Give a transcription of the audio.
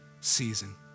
season